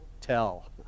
tell